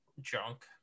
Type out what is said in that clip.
junk